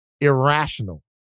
irrational